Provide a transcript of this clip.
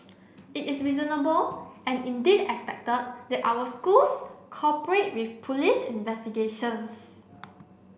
it is reasonable and indeed expected that our schools cooperate with police investigations